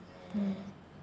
mm